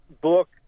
book